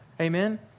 Amen